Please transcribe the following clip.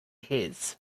his